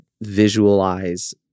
visualize